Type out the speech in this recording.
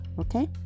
okay